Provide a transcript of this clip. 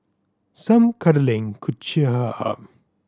some cuddling could cheer her up